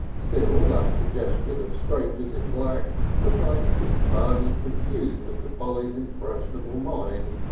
still that congestion of strangers in black sufficed to stun and confuse mr. polly's impressionable mind.